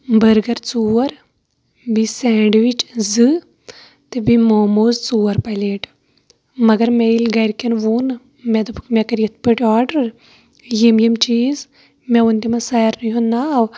burger ژور بیٚیہِ sandwich زٕ تہٕ بیٚیہِ موموز ژور پَلیٹ مگر مےٚ ییٚلہِ گَرِ کٮ۪ن وون مےٚ دوپُکھ مےٚ کٔرۍ یِتھ کٔنۍ آرڈَر یِم یِم چیٖز مےٚ وون تِمن سارِنٕے ہُنٛد ناو